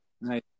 Nice